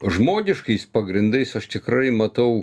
žmoniškais pagrindais aš tikrai matau